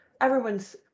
everyone's